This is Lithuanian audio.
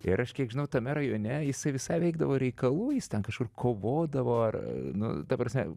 ir aš kiek žinau tame rajone jisai visai veikdavo reikalų jis ten kažkur kovodavo ar nu ta prasme